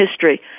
history